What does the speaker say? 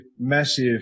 massive